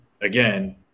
again